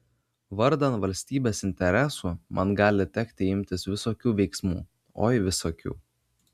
vardan valstybės interesų man gali tekti imtis visokių veiksmų oi visokių